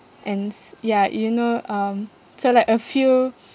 and ya you know um so like a few